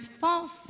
false